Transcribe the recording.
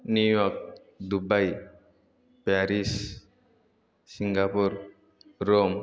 New York Dubai Paris Singapore Rome